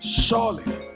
surely